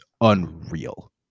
unreal